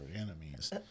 enemies